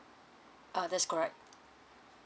uh that's correct